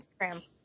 Instagram